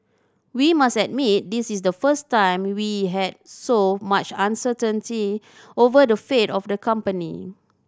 we must admit this is the first time we had so much uncertainty over the fate of the company